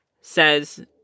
says